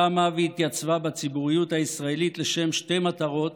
קמה והתייצבה בציבוריות הישראלית לשם שתי מטרות